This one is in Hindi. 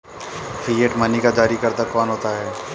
फिएट मनी का जारीकर्ता कौन होता है?